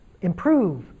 improve